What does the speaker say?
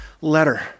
letter